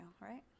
right